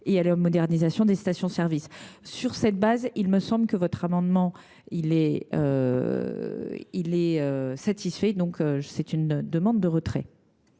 et à la modernisation des stations service. Sur cette base, il me semble que votre amendement est satisfait et j’en demande donc le retrait.